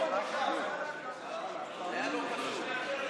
תם סדר-היום.